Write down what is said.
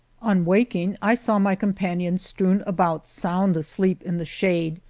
on waking i saw my companions strewn about sound asleep in the shade,